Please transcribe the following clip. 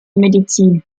medizin